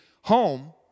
home